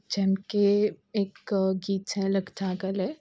જેમ કે એક ગીત છે લગજા ગલે